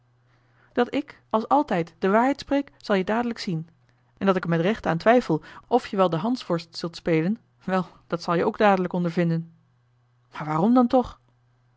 dat ik als altijd de waarheid spreek zal je dadelijk zien en dat ik er met recht aan twijfel of je wel den hansworst zult spelen wel dat zal je ook dadelijk ondervinden maar waarom dan toch